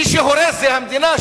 מי שהורס זה המדינה,